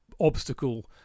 obstacle